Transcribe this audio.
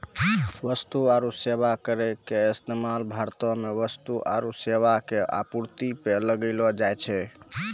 वस्तु आरु सेबा करो के इस्तेमाल भारतो मे वस्तु आरु सेबा के आपूर्ति पे लगैलो जाय छै